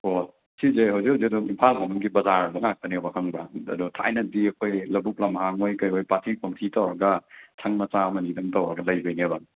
ꯑꯣ ꯁꯤꯁꯦ ꯍꯧꯖꯤꯛ ꯍꯧꯖꯤꯛ ꯑꯗꯨꯝ ꯏꯝꯐꯥꯜ ꯃꯅꯨꯡꯒꯤ ꯕꯖꯥꯔꯗ ꯉꯥꯛꯇꯅꯦꯕ ꯈꯪꯕ꯭ꯔꯥ ꯑꯗꯣ ꯊꯥꯏꯅꯗꯤ ꯑꯩꯈꯣꯏ ꯂꯕꯨꯛ ꯂꯝꯍꯥꯡꯍꯣꯏ ꯀꯔꯤꯍꯣꯏ ꯄꯥꯠꯊꯤ ꯀꯣꯝꯊꯤ ꯇꯧꯔꯒ ꯁꯪ ꯃꯆꯥ ꯑꯃꯅꯤꯗꯪ ꯇꯧꯔꯒ ꯂꯩꯗꯣꯏꯅꯦꯕ